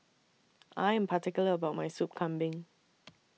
I Am particular about My Sup Kambing